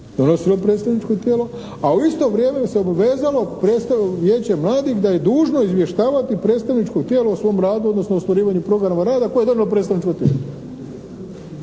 donosilo predstavničko tijelo, a u isto vrijeme bi se obvezalo vijeće mladih da je dužno izvještavati predstavničko tijelo o svom radu, odnosno o ostvarivanju programa rada koje je odobrilo predstavničko tijelo.